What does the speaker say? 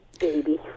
baby